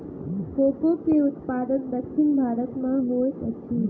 cocoa के उत्पादन दक्षिण भारत में होइत अछि